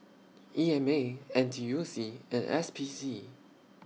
E M A N T U C and S P C